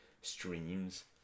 streams